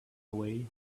away